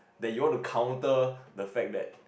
that you wanna counter the fact that